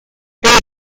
air